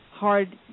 Hard